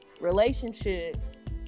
relationship